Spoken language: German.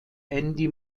andy